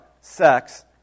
sex